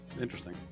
Interesting